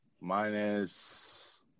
Minus